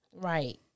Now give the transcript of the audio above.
right